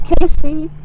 Casey